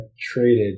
traded